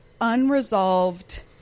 unresolved